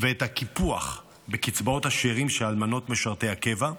ואת הקיפוח בקצבאות השאירים של אלמנות משרתי הקבע,